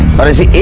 but the